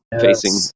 facing